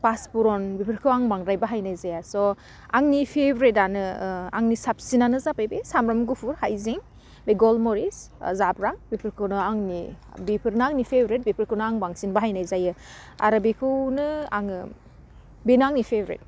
फासफुरन बेफोरखौ आं बांद्राय बाहायनाय जाया जह आंनि फेब्रेटआनो आंनि सिबसिनानो जाबाय बे सामब्राम गुफुर हाइजें बे गलमरिस जाब्रां बेफोरखौनो आंनि बिफोरनो आंनि फेब्रेट बिफोरखौनो आं बांसिन बाहायनाय जायो आरो बेखौनो आङो बेनो आंनि फेब्रेट